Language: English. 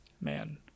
man